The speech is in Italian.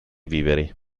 viveri